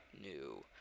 new